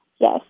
Yes